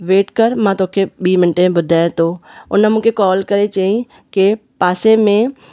weight कर मां तोखे ॿीं मिंट में ॿुधायां थो हुन मूंखे कॉल करे चयईं की पासे में